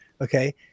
Okay